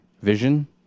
Vision